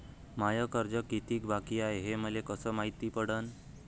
माय कर्ज कितीक बाकी हाय, हे मले कस मायती पडन?